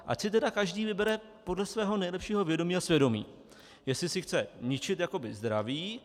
Ať si tedy každý vybere podle svého nejlepšího vědomí a svědomí, jestli si chce ničit jakoby zdraví.